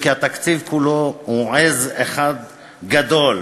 כי התקציב כולו הוא עז אחת גדולה.